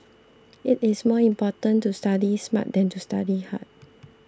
it is more important to study smart than to study hard